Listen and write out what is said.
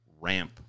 ramp